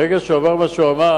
ברגע שהוא אמר את מה שהוא אמר,